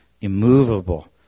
immovable